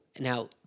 Now